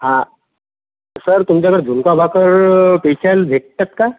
हा सर तुमच्याकडे झुणका भाकर पेशल भेटतात का